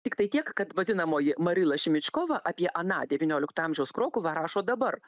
tiktai tiek kad vadinamoji marila šimičkova apie aną devyniolikto amžiaus krokuvą rašo dabar